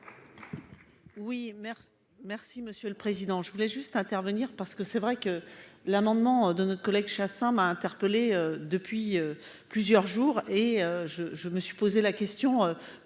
merci merci Monsieur le Président, je voulais juste intervenir parce que c'est vrai que l'amendement de notre collègue chassant m'a interpellé depuis plusieurs jours et je, je me suis posé la question